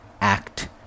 act